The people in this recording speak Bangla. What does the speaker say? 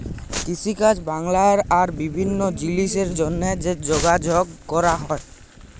কিষিকাজ ব্যবসা আর বিভিল্ল্য জিলিসের জ্যনহে যে যগাযগ ক্যরা হ্যয়